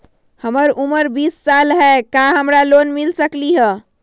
हमर उमर बीस साल हाय का हमरा लोन मिल सकली ह?